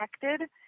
protected